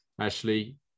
Ashley